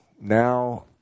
now